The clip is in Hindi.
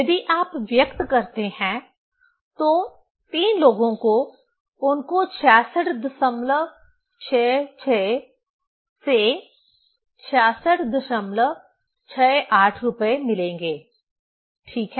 यदि आप व्यक्त करते हैं तो तीन लोगों को उनको 6666 से 6668 रुपए मिलेंगे ठीक है